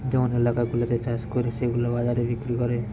জঙ্গল এলাকা গুলাতে চাষ করে সেগুলা বাজারে বিক্রি করে